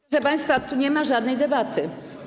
Proszę państwa, tu nie ma żadnej debaty.